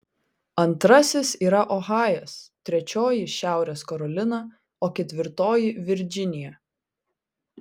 antrasis yra ohajas trečioji šiaurės karolina o ketvirtoji virdžinija